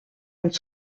une